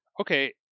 okay